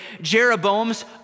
Jeroboam's